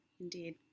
Indeed